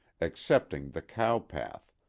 excepting the cow-path,